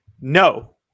No